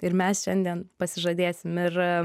ir mes šiandien pasižadėsim ir